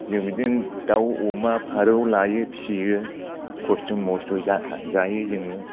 जों बिदिनो दाउ अमा फारौ लायो फिसियो खस्थ' मस्थ'यै जा जायो जोङो